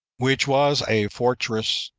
which was a fortress,